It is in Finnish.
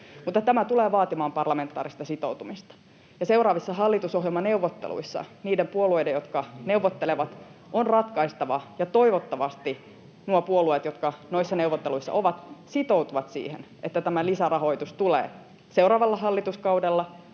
Tämä tulee vaatimaan parlamentaarista sitoutumista. Seuraavissa hallitusohjelmaneuvotteluissa niiden puolueiden, jotka neuvottelevat, on ratkaistava — ja toivottavasti nuo puolueet, jotka noissa neuvotteluissa ovat, sitoutuvat siihen — että tämä lisärahoitus tulee seuraavalla hallituskaudella,